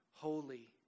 Holy